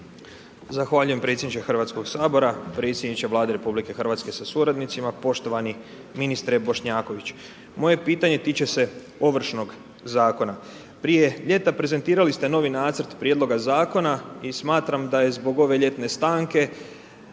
Zahvaljujem predsjedniče Hrvatskog sabora. Predsjedniče Vlade RH sa suradnicima, poštovani ministre Bošnjaković. Moje pitanje tiče se Ovršnog zakona. Prije ljeta prezentirali ste novi nacrt Prijedloga Zakona i smatram da je zbog ove ljetne stanke,